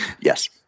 Yes